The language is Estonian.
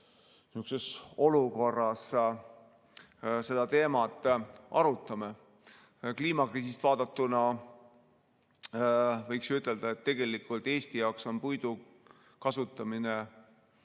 energiaolukorras seda teemat arutame. Kliimakriisi seisukohast vaadatuna võiks ju ütelda, et tegelikult Eesti jaoks on puidu kasutamine